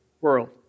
world